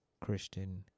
Christian